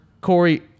Corey